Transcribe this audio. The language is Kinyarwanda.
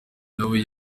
nawe